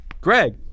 Greg